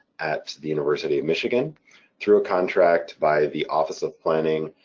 at the university of michigan through a contract by the office of planning,